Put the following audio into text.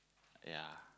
ya